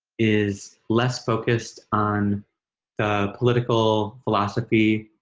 is less focused on the political, philosophy,